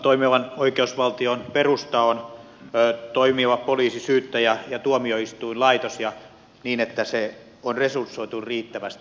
toimivan oikeusvaltion perusta on toimiva poliisi syyttäjä ja tuomioistuinlaitos ja niin että se on resursoitu riittävästi